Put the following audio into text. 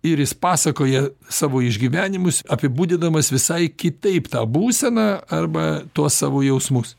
ir jis pasakoja savo išgyvenimus apibūdindamas visai kitaip tą būseną arba tuos savo jausmus